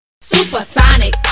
SuperSonic